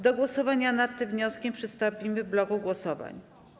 Do głosowania nad tym wnioskiem przystąpimy w bloku głosowań.